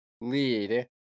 lead